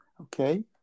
Okay